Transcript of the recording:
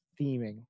theming